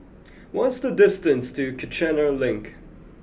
what is the distance to Kiichener Link